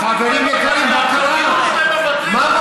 חברים יקרים, מה קרה?